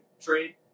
trade